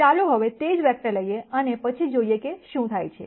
ચાલો હવે તે જ વેક્ટર લઈએ અને પછી જોઈએ કે શું થાય છે